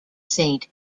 saint